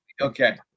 Okay